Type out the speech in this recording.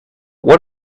what